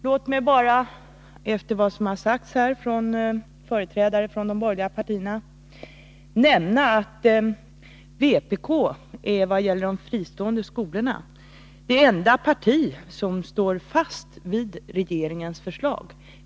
Låt mig bara, efter vad som sagts av företrädare för de borgerliga partierna, nämna att vpk vad gäller de fristående skolorna är det enda parti som står fast vid regeringens förslag.